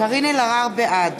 בעד